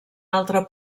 altre